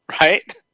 Right